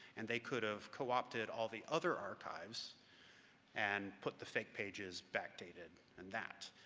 and they could have co-opted all the other archives and put the fake pages backdated and that.